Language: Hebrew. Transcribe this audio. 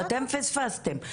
אתם פספסתם.